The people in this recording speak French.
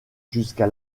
jusqu’à